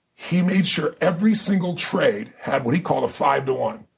he made sure every single trade had what he called a five to one.